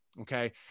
okay